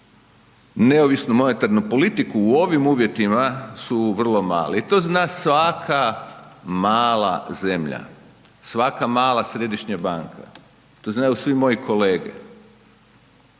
neovisnu monetarnu politiku u ovim uvjetima su vrlo mali. To zna svaka mala zemlja, svaka mala središnja banka. To znaju svi moji kolege.